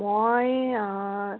মই